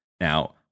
Now